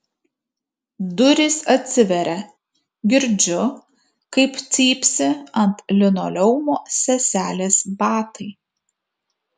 durys atsiveria girdžiu kaip cypsi ant linoleumo seselės batai